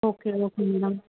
okay okay madam